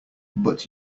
but